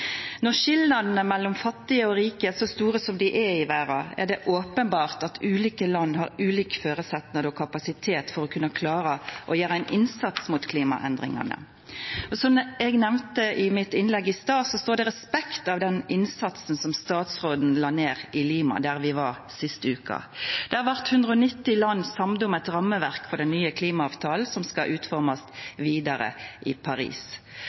Når skilnadene mellom fattige og rike er så store som dei er i verda, er det openbert at ulike land har ulik føresetnad for og kapasitet til å kunna klara å gjera ein innsats mot klimaendringane. Og som eg nemnde i mitt innlegg i stad, står det respekt av den innsatsen som statsråden la ned i Lima, der vi var sist veke. Der blei 190 land samde